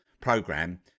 program